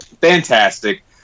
Fantastic